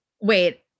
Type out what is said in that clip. Wait